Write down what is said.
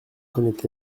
connaît